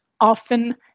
often